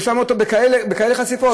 שמה אותו בכזאת חשיפה?